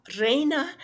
Reina